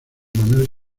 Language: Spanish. manuel